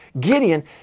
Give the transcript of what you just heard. Gideon